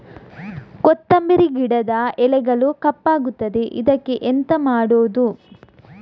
ಕೊತ್ತಂಬರಿ ಗಿಡದ ಎಲೆಗಳು ಕಪ್ಪಗುತ್ತದೆ, ಇದಕ್ಕೆ ಎಂತ ಮಾಡೋದು?